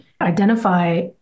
identify